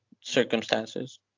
circumstances